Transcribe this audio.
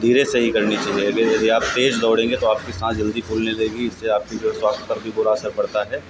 धीरे से ही करनी चाहिए अगर यदि आप तेज़ दौड़ेंगे तो आपकी साँस जल्दी फूलने लगेगी इससे आपकी जो है स्वास्थ्य पर भी बुरा असर पड़ता है